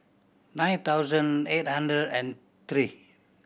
nine thousand eight hundred and three